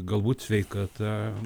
galbūt sveikata